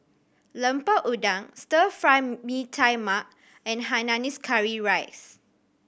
Lemper Udang Stir Fry Mee Tai Mak and hainanese curry rice